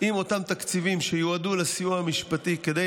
אם אותם תקציבים שיועדו לסיוע המשפטי כדי